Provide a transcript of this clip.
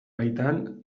baitan